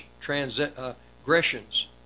transgressions